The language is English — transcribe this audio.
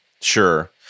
Sure